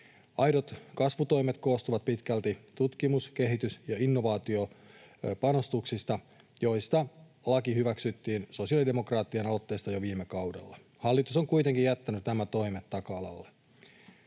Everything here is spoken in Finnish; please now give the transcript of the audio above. Aidot kasvutoimet koostuvat pitkälti tutkimus‑, kehitys- ja innovaatiopanostuksista, joista laki hyväksyttiin sosiaalidemokraattien aloitteesta jo viime kaudella. Hallitus on kuitenkin jättänyt nämä toimet taka-alalle.